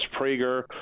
Prager